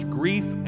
grief